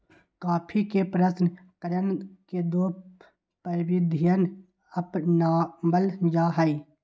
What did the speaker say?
coffee के प्रशन करण के दो प्रविधियन अपनावल जा हई